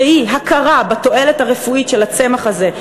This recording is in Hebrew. שהיא הכרה בתועלת הרפואית של הצמח הזה,